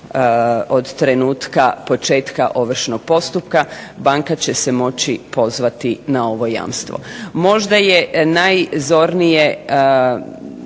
od trenutka početka ovršnog postupka banka će se moći pozvati na ovo jamstvo. Možda je najzornije